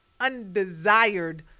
undesired